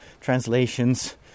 translations